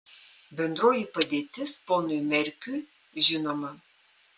bendroji padėtis ponui merkiui žinoma